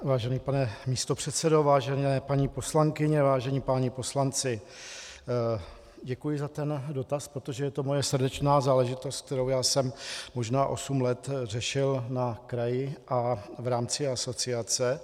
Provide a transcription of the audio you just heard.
Vážený pane místopředsedo, vážené paní poslankyně, vážení páni poslanci, děkuji za ten dotaz, protože to je moje srdeční záležitost, kterou jsem možná osm let řešil na kraji a v rámci asociace.